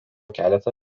keletą